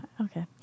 Okay